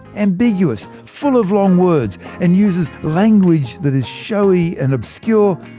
ambiguous, full of long words, and uses language that is showy and obscure,